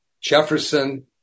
Jefferson